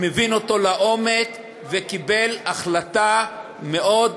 מבין אותו לעומק וקיבל החלטה מאוד,